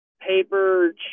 paper